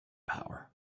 power